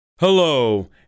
Hello